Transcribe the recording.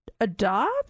adopt